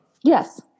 Yes